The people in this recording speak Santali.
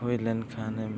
ᱦᱩᱭ ᱞᱮᱱᱠᱷᱟᱱ ᱮᱢ